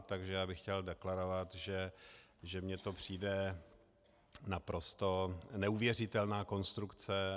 Takže bych chtěl deklarovat, že mi to přijde jako naprosto neuvěřitelná konstrukce.